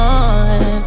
on